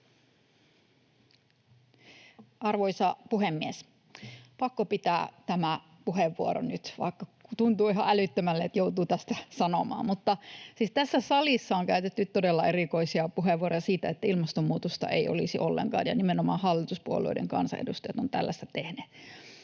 Arvoisa puhemies! Pakko pitää tämä puheenvuoro nyt, vaikka tuntuu ihan älyttömälle, että joutuu tästä sanomaan. Mutta siis tässä salissa on käytetty todella erikoisia puheenvuoroja siitä, että ilmastonmuutosta ei olisi ollenkaan — ja nimenomaan hallituspuolueiden kansanedustajat ovat tällaista tehneet